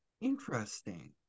Interesting